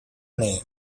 name